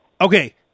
Okay